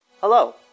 Hello